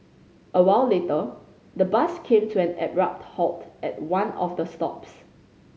a while later the bus came to an abrupt halt at one of the stops